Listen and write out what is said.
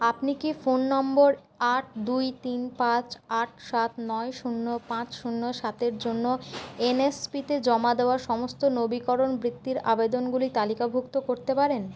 আপনি কি ফোন নম্বর আট দুই তিন পাঁচ আট সাত নয় শূন্য পাঁচ শূন্য সাতের জন্য এন এস পিতে জমা দেওয়া সমস্ত নবীকরণ বৃত্তির আবেদনগুলি তালিকাভুক্ত করতে পারেন